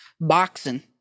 boxing